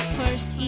first